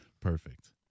Perfect